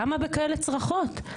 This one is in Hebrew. למה בכאלה צרחות?